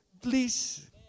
Please